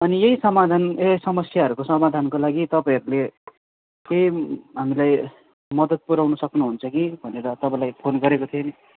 अनि यही सामाधान ए समस्याहरूको समाधानका लागि तपाईँहरूले केही हामीलाई मद्दत पुऱ्याउनु सक्नुहुन्छ कि भनेर तपाईँलाई फोन गरेको थिएँ नि